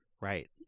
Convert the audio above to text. right